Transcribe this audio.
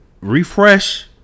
refresh